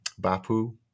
Bapu